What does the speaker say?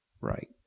Right